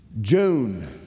June